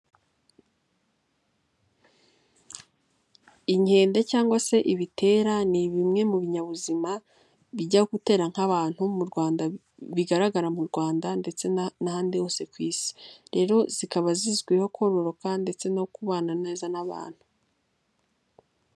Inkende cyangwa se ibitera ni bimwe mu binyabuzima bijya gutera nk'abantu mu Rwanda bigaragara mu Rwanda ndetse n'ahandi hose ku isi, rero zikaba zizwiho kororoka ndetse no kubana neza n'abantu.